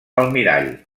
almirall